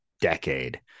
decade